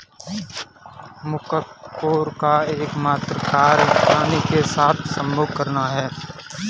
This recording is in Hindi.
मुकत्कोर का एकमात्र कार्य रानी के साथ संभोग करना है